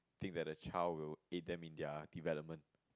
think that the child will in depth in their development